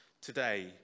today